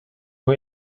who